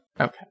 Okay